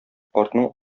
картның